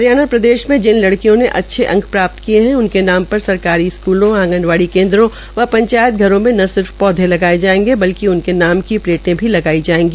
हरियाणा प्रदेश में जिन लड़कियों ने अच्दे अंक प्राप्त किये है उनके नाम पर सरकारी स्कूलों आंगनवाड़ी केन्द्रों व पंचायत घरों में न केवल सिर्फ पौधे लगाये जायंगे बल्कि उनके नाम की प्लेटें भी लगाई जायेगी